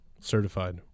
certified